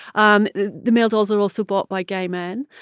um the male dolls are also bought by gay men.